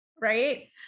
Right